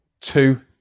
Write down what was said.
two